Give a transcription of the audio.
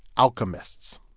alchemists.